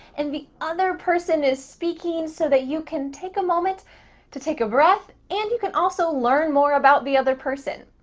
and the other person is speaking. so you can take a moment to take a breath, and you can also learn more about the other person.